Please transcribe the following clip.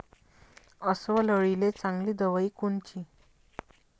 अस्वल अळीले चांगली दवाई कोनची?